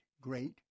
great